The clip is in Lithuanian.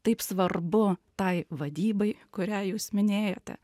taip svarbu tai vadybai kurią jūs minėjote